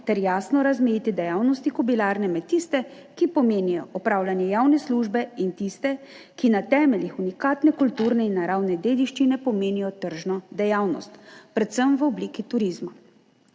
ter jasno razmejiti dejavnosti Kobilarne med tiste, ki pomenijo opravljanje javne službe, in tiste, ki na temeljih unikatne kulturne in naravne dediščine pomenijo tržno dejavnost, predvsem v obliki turizma.